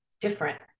different